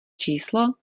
číslo